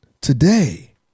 Today